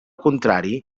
contrari